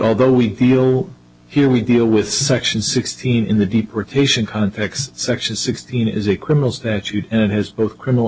although we feel here we deal with section sixteen in the deportation context section sixteen is a criminal statute and it has both criminal